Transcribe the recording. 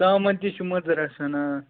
ژامَن تہِ چھِ مٔدٕر آسان آ